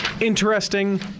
Interesting